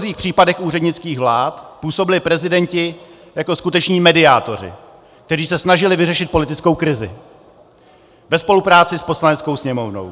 V předchozích případech úřednických vlád působili prezidenti jako skuteční mediátoři, kteří se snažili vyřešit politickou krizi ve spolupráci s Poslaneckou sněmovnou.